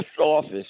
office